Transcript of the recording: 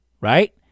right